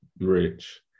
rich